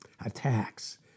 attacks